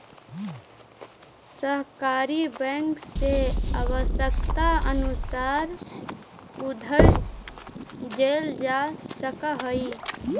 सहकारी बैंक से आवश्यकतानुसार उधार लेल जा सकऽ हइ